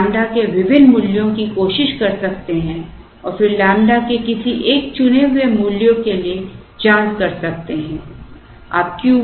तो हम लैम्ब्डा के विभिन्न मूल्यों की कोशिश कर सकते हैं और फिर लैम्ब्डा के किसी एक चुने हुए मूल्य के लिए जाँच कर सकते हैं